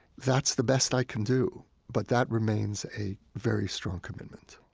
that's the best i can do. but that remains a very strong commitment